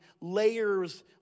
layers